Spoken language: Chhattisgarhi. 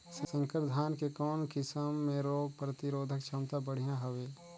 संकर धान के कौन किसम मे रोग प्रतिरोधक क्षमता बढ़िया हवे?